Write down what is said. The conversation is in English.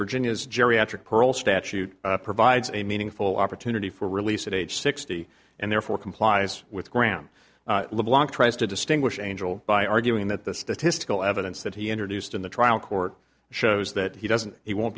virginia's geriatric perl statute provides a meaningful opportunity for release at age sixty and therefore complies with graham tries to distinguish angel by arguing that the statistical evidence that he introduced in the trial court shows that he doesn't he won't